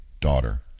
daughter